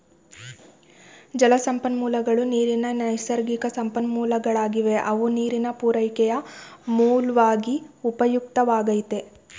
ಜಲಸಂಪನ್ಮೂಲಗಳು ನೀರಿನ ನೈಸರ್ಗಿಕಸಂಪನ್ಮೂಲಗಳಾಗಿವೆ ಅವು ನೀರಿನ ಪೂರೈಕೆಯ ಮೂಲ್ವಾಗಿ ಉಪಯುಕ್ತವಾಗೈತೆ